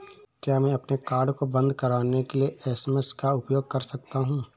क्या मैं अपने कार्ड को बंद कराने के लिए एस.एम.एस का उपयोग कर सकता हूँ?